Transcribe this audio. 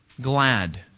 glad